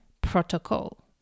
Protocol